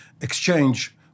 exchange